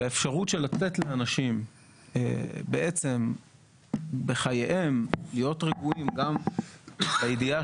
והאפשרות של לתת לאנשים בעצם בחייהם להיות רגועים גם בידיעה